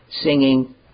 singing